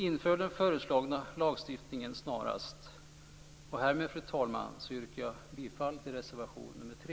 Inför den föreslagna lagstiftningen snarast. Härmed, fru talman, yrkar jag bifall till reservation nr 3.